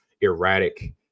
erratic